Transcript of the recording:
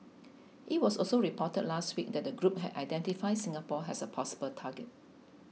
it was also reported last week that the group had identified Singapore as a possible target